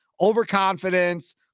overconfidence